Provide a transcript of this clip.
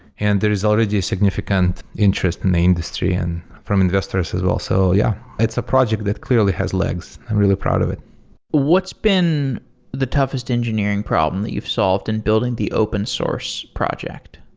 and there is already a significant interest in the industry and from investors as well. so, yeah, it's a project that clearly has legs. i'm really proud of it what's been the toughest engineering problem that you've solved in building the open source project?